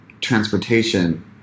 transportation